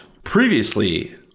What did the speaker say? Previously